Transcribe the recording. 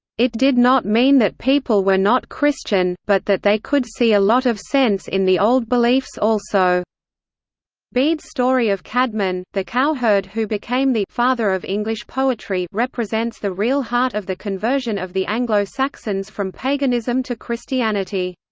it did not mean that people were not christian but that they could see a lot of sense in the old beliefs also bede's story of caedmon, the cowherd who became the father of english poetry represents the real heart of the conversion of the anglo-saxons from paganism to christianity.